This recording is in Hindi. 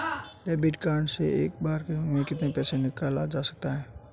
डेबिट कार्ड से एक बार में कितना पैसा निकाला जा सकता है?